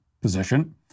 position